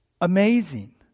Amazing